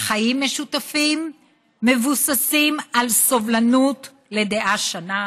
אלא מבוססים על סובלנות לדעה שונה,